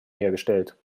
hergestellt